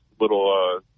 little